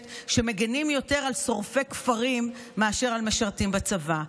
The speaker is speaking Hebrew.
שמגינים יותר על שורפי כפרים מאשר על משרתים בצבא.